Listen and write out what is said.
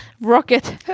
rocket